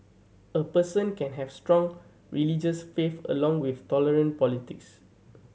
a person can have strong religious faith along with tolerant politics